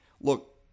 Look